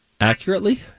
Accurately